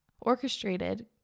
orchestrated